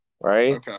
right